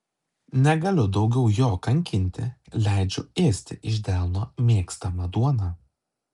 negaliu daugiau jo kankinti leidžiu ėsti iš delno mėgstamą duoną